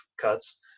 cuts